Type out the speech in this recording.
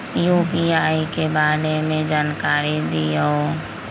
UPI के बारे में जानकारी दियौ?